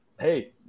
hey